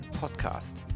podcast